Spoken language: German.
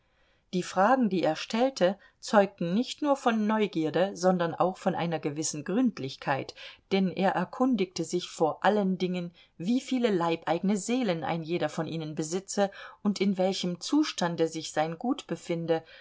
die fragen die er stellte zeugten nicht nur von neugierde sondern auch von einer gewissen gründlichkeit denn er erkundigte sich vor allen dingen wie viele leibeigene seelen ein jeder von ihnen besitze und in welchem zustande sich sein gut befinde